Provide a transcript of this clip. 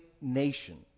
nation